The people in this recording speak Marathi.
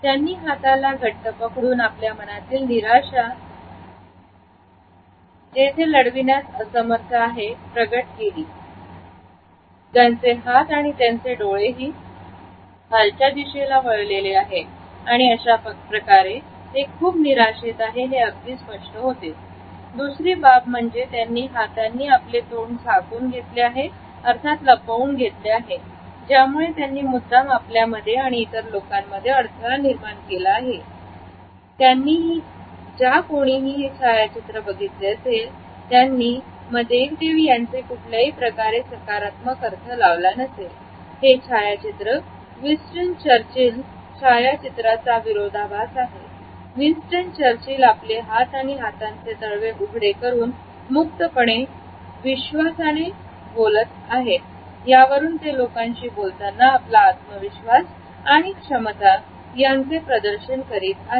त्यांनी हाताला घट्ट पकडून आपल्या मनातील निराशा जेथे लढविण्यास असमर्थ आहे प्रगट केली त्यांचे हात आणि त्यांचे डोळेही खालच्या दिशेला वळलेले आहे आणि अशाप्रकारे ते खूप निराशेत आहे हे अगदी स्पष्ट होते दुसरी बाब म्हणजे त्यांनी हातांनी आपले तोंड झाकून घेतले आहेत अर्थात लपवून घेतले आहेत ज्यामुळे त्यांनी मुद्दाम आपल्यामध्ये आणि इतर लोकांमध्ये अडथळा निर्माण केला आहे त्यांनीही हे छायाचित्र बघितले असेल त्यांनी मदेवदेव यांचे कुठल्याही प्रकारे सकारात्मक अर्थ लावला नसेल हे छायाचित्र विस्टन चर्चिल छायाचित्राचा विरोधाभास आहे विन्स्टन चर्चिल आपले हात आणि हाताचे तळवे उघडे करून मुक्तपणे विश्वास आणि बोलत आहेत यावरून हे लोकांशी बोलताना आपला आत्मविश्वास आणि क्षमता याचे प्रदर्शन करीत आहे